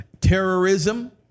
Terrorism